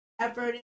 effort